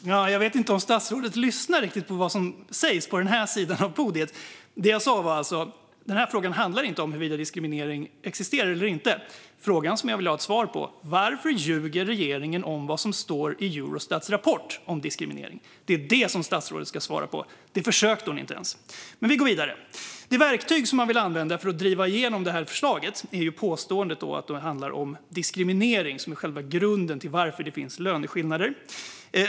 Fru talman! Jag vet inte om statsrådet riktigt lyssnar på vad som sägs på den här sidan av podiet. Det jag sa var alltså att denna fråga inte handlar om huruvida diskriminering existerar eller inte. Frågan som jag vill ha ett svar på är: Varför ljuger regeringen om vad som står i Eurostats rapport om diskriminering? Det är detta som statsrådet ska svara på - det försökte hon inte ens. Men vi går vidare. Det verktyg som man vill använda för att driva igenom förslaget är påståendet att det handlar om diskriminering och att det är själva grunden till att det finns löneskillnader.